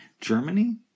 germany